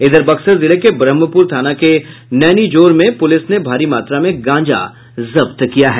इधर बक्सर जिले के ब्रह्मपुर थाना के नैनीजोर में पुलिस ने भारी मात्रा में गांजा जब्त किया है